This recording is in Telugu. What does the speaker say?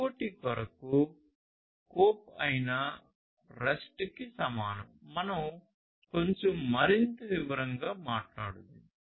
IoT కొరకు CoAP అయిన REST కి సమానం మనం కొంచెం మరింత వివరంగా మాట్లాడుధాము